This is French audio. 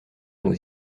nous